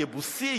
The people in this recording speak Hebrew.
יבוסי,